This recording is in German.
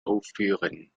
aufführen